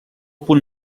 punt